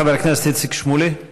חבר הכנסת איציק שמולי.